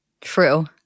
true